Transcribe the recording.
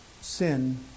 sin